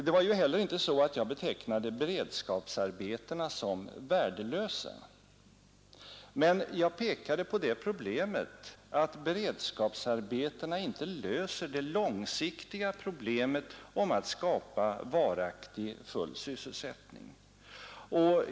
Det var inte heller så att jag betecknade beredskapsarbetena som värdelösa. Men jag visade på problemet att beredskapsarbetena inte löser det långsiktiga problemet att skapa varaktig full sysselsättning.